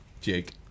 Jake